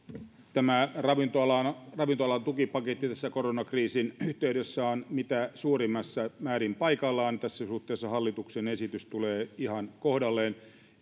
tämä ravintola alan tukipaketti koronakriisin yhteydessä on mitä suurimmassa määrin paikallaan tässä suhteessa hallituksen esitys tulee ihan kohdalleen